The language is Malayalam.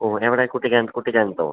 ഓ എവിടെ കുട്ടിക്കാനത്തോ